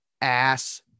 ass